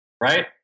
right